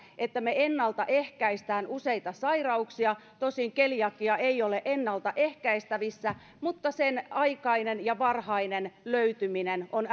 että me ennalta ehkäisemme useita sairauksia tosin keliakia ei ole ennaltaehkäistävissä mutta sen aikainen ja varhainen löytyminen on